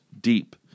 deep